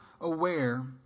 aware